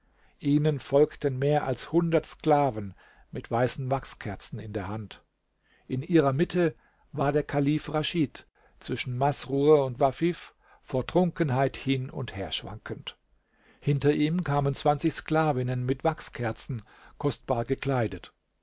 ihnen folgten mehr als hundert sklaven mit weißen wachskerzen in der hand in ihrer mitte war der kalif raschid zwischen masrur und wafif vor trunkenheit hin und her schwankend hinter ihm kamen zwanzig sklavinnen mit wachskerzen kostbar gekleidet